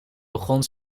begon